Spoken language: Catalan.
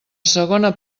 segona